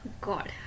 God